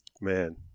Man